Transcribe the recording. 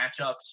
matchups